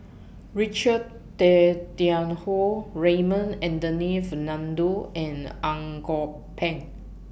Richard Tay Tian Hoe Raymond Anthony Fernando and Ang Kok Peng